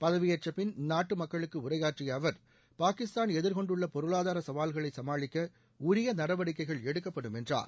பதவியேற்ற பின் நாட்டு மக்களுக்கு உரையாற்றிய அவர் பாகிஸ்தான் எதிர்கொண்டுள்ள பொருளாதார சவால்களை சமாளிக்க உரிய நடவடிக்கைகள் எடுக்கப்படும் என்றார்